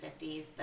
50s